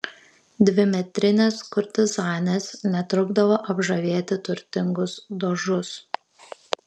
dvimetrinės kurtizanės netrukdavo apžavėti turtingus dožus